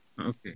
Okay